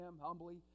humbly